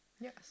yes